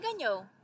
ganhou